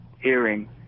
hearing